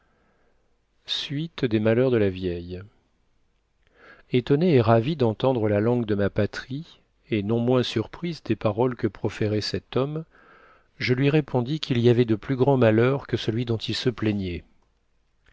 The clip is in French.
suite des malheurs de la vieille étonnée et ravie d'entendre la langue de ma patrie et non moins surprise des paroles que proférait cet homme je lui répondis qu'il y avait de plus grands malheurs que celui dont il se plaignait